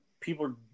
people